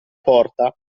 porta